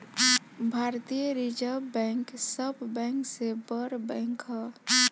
भारतीय reserve bank सब bank से बड़ बैंक ह